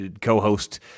co-host